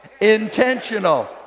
Intentional